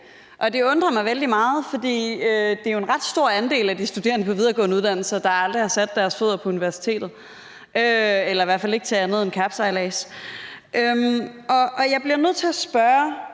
Det undrer mig vældig meget, fordi det jo er en ret stor andel af de studerende på videregående uddannelser, der aldrig har sat deres fødder på universitetet – eller i hvert fald ikke til andet end kapsejlads. Jeg bliver nødt til at spørge